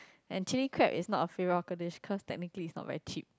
and chili crab is not a favourite hawker dish cause technically it's not very cheap